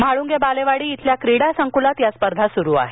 म्हाळूंगे बालेवाडी इथल्या क्रीडासंकुलात या स्पर्धा सुरु आहेत